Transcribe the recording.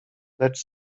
lecz